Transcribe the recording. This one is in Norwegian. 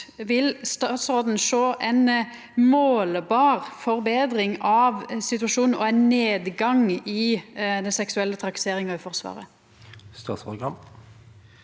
vil statsråden sjå ei målbar forbetring av situasjonen og ein nedgang i den seksuelle trakasseringa i Forsvaret? Statsråd Bjørn